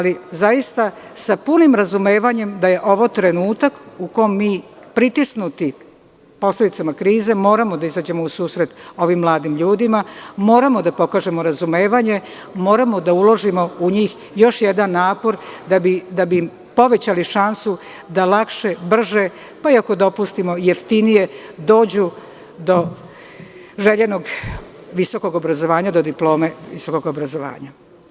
Zaista, sa punim razumevanjem da je ovo trenutak u kome mi pritisnuti posledicama krize moramo da izađemo u susret ovim mladim ljudima, moramo da pokažemo razumevanje, da uložimo u njih još jedan napor da bi povećali šansu da lakše, brže, pa ako dopustimo i jeftinije dođu do željenog visokog obrazovanja, do diplome visokog obrazovanja.